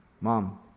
Mom